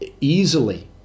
easily